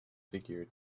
figure